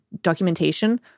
documentation